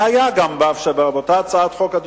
והיה גם באותה הצעת חוק,